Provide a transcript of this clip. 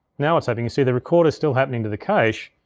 now it's happening, you see the recorder's still happening to the cache,